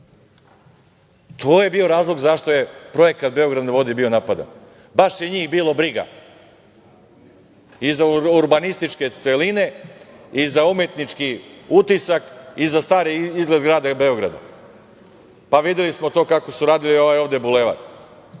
To je bio razlog zašto je projekat „Beograd na vodi“ bio napadan. Baš je njih bilo briga i za urbanističke celine i za umetnički utisak i za stari izgled grada Beograda. Videli smo to kako su radili ovaj ovde bulevar.